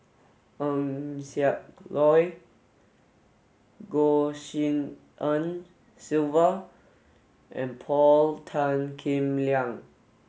Eng Siak Loy Goh Tshin En Sylvia and Paul Tan Kim Liang